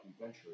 venture